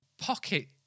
pocket